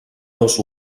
dos